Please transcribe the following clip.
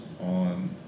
on